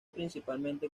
principalmente